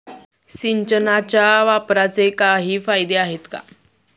सिंचनाच्या वापराचे काही फायदे आहेत का?